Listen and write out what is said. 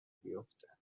بیافته